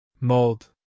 Mold